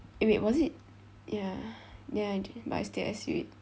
eh wait was it ya ya I did but I still S_U it